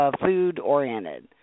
food-oriented